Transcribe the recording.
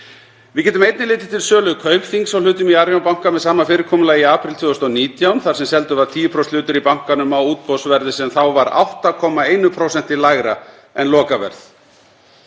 Við getum einnig litið til sölu Kaupþings á hlutum í Arion banka með sama fyrirkomulagi í apríl 2019 þar sem seldur var 10% hlutur í bankanum á útboðsverði sem þá var 8,1% lægra en lokaverð.